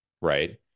right